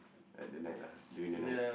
at the night lah during the night